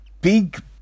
big